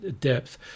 depth